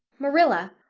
marilla,